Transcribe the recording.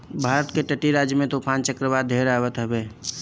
भारत के तटीय राज्य में तूफ़ान चक्रवात ढेर आवत हवे